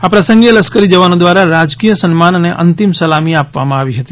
આ પ્રસંગે લશ્કરી જવાનો દ્વારા રાજકીય સન્માન અને અંતિમ સલામી આપવામાં આવી હતી